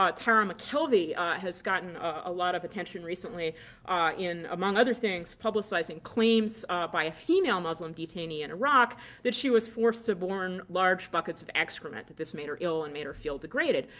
tara mckelvey has gotten a lot of attention recently in, among other things, publicizing claims by a female muslim detainee in iraq that she was forced to burn large buckets of excrement that this made her ill and made her feel degraded.